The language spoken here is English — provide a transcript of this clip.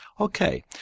Okay